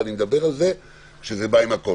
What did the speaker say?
אבל אני אומר שזה בא עם הכול,